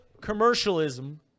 commercialism